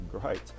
great